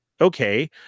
okay